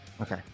Okay